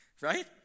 Right